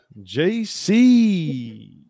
JC